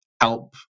help